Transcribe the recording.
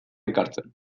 ekartzen